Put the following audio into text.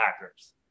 hackers